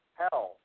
hell